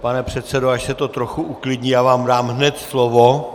Pane předsedo, až se to trochu uklidní, já vám dám hned slovo.